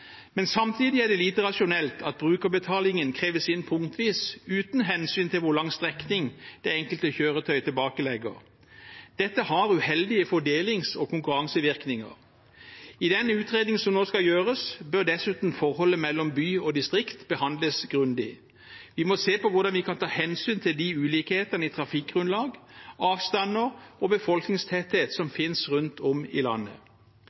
men samtidig er det lite rasjonelt at brukerbetalingen kreves inn punktvis, uten hensyn til hvor lang strekning det enkelte kjøretøy tilbakelegger. Dette har uheldige fordelings- og konkurransevirkninger. I den utredningen som nå skal gjøres, bør dessuten forholdet mellom by og distrikt behandles grundig. Vi må se på hvordan vi kan ta hensyn til de ulikhetene i trafikkgrunnlag, avstander og befolkningstetthet som finnes rundt om i landet.